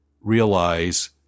realize